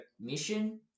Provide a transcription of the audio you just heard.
mission